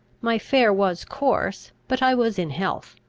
my fare was coarse but i was in health.